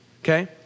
Okay